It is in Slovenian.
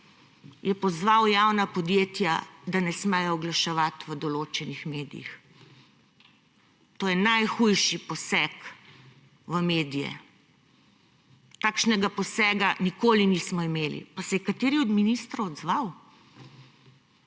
je pozval javna podjetja, da ne smejo oglaševati v določenih medijih. To je najhujši poseg v medije, takšnega posega nikoli nismo imeli, pa se je kateri od ministrov odzval?